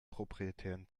proprietären